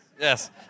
Yes